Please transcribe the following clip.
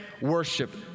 worship